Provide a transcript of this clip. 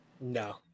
No